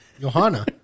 Johanna